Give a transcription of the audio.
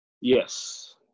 Yes